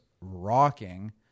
rocking